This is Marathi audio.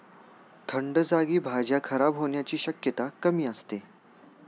थंड जागी भाज्या खराब होण्याची शक्यता कमी असते